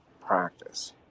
practice